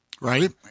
right